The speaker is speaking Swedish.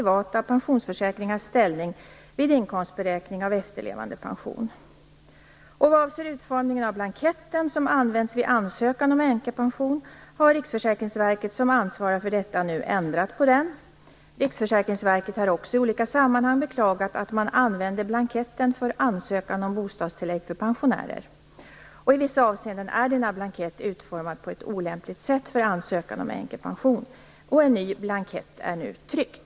Vad avser utformningen av den blankett som används vid ansökan om änkepension har Riksförsäkringsverket, som ansvarar för detta, nu ändrat på den. Riksförsäkringsverket har också i olika sammanhang beklagat att man använde blanketten för ansökan om bostadstillägg för pensionärer. I vissa avseenden är denna blankett utformad på ett olämpligt sätt för ansökan om änkepension. En ny blankett är nu tryckt.